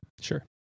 Sure